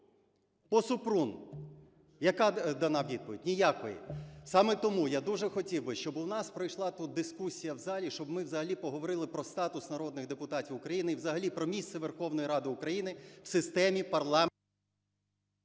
По Супрун, яка дана відповідь? Ніякої. Саме тому я дуже хотів би, щоби в нас пройшла тут дискусія в залі, щоб ми взагалі поговорили про статус народних депутатів України і взагалі про місце Верховної Ради України в системі… ГОЛОВУЮЧИЙ.